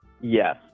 yes